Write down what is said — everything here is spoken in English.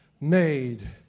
made